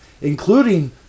including